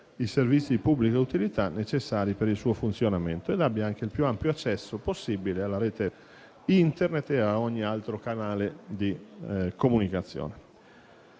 i servizi di pubblica utilità necessari al suo funzionamento e abbia anche il più ampio accesso possibile alla rete Internet e a ogni altro canale di comunicazione.